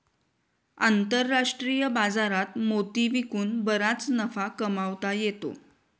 आंतरराष्ट्रीय बाजारात मोती विकून बराच नफा कमावता येतो